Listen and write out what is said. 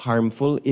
Harmful